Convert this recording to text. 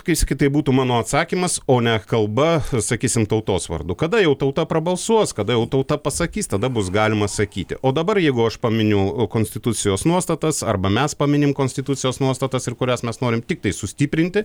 kai sakyt tai būtų mano atsakymas o ne kalba sakysim tautos vardu kada jau tauta prabalsuos kada jau tauta pasakys tada bus galima sakyti o dabar jeigu aš paminiu konstitucijos nuostatas arba mes paminim konstitucijos nuostatas ir kurias mes norim tiktai sustiprinti